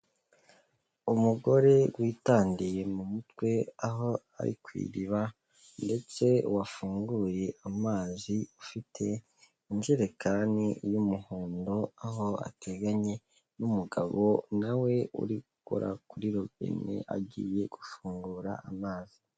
Umugore witandiye mu mutwe aho ari ku iriba ndetse wafunguye amazi, ufite injerekani y'umuhondo, aho ateganye n'umugabo na we uri gukora kuri robine agiye gufungura amazi.